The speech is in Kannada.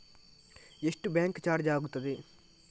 ಎಷ್ಟು ಬ್ಯಾಂಕ್ ಚಾರ್ಜ್ ಆಗುತ್ತದೆ?